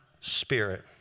spirit